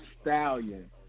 stallion